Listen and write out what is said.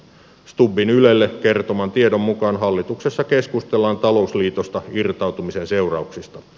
stubbin ylelle kertoman tiedon mukaan hallituksessa keskustellaan talousliitosta irtautumisen seurauksista